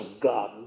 God